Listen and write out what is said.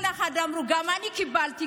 כל אחד מהם אמר: גם אני קיבלתי,